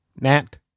Nat